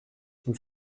nous